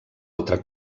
altra